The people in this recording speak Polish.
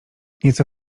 nieco